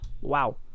Wow